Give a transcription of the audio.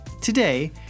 Today